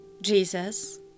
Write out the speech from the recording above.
Jesus